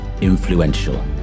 influential